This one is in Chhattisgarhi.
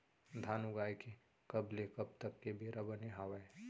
धान उगाए के कब ले कब तक के बेरा बने हावय?